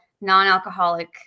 non-alcoholic